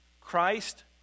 Christ